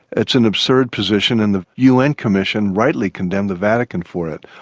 it's an absurd position, and the un commission rightly condemned the vatican for it.